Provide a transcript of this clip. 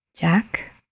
Jack